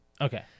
Okay